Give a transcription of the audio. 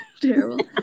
Terrible